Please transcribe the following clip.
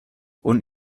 und